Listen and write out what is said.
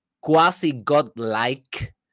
quasi-God-like